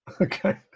Okay